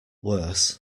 worse